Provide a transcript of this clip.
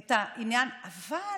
את העניין, אבל